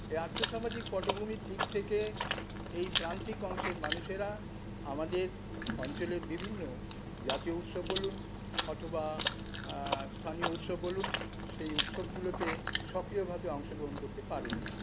এই আর্থসামাজিক পটভূমির দিক থেকে এই প্রান্তিক অংশের মানুষেরা আমাদের অঞ্চলের বিভিন্ন জাতীয় উৎসব বলুন অথবা স্থানীয় উৎসব বলুন সেই উৎসবগুলোতে সক্রিয়ভাবে অংশগ্রহণ করতে পারেন না